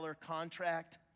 contract